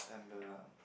and the